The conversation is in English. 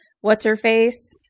What's-Her-Face